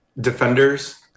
Defenders